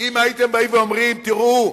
אם הייתם באים ואומרים: תראו,